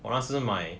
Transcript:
我那时买